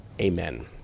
Amen